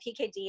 pkd